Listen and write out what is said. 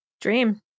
Dream